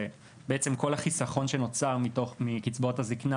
ובעצם כל החיסכון שנוצר מקצבאות הזקנה